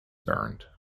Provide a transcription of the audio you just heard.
burned